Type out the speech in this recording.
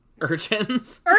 Urchins